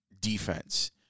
defense